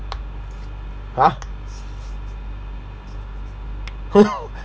!huh!